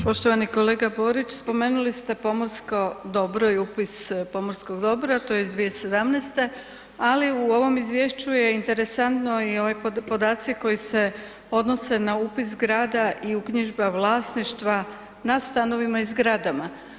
Poštovani kolega Borić, spomenuli ste pomorsko dobro i upis pomorskog dobra tj. iz 2017., ali u ovom izvješću je interesantno i ovi podaci koji se odnose na upis grada i uknjižba vlasništva na stanovima i zgradama.